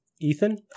Ethan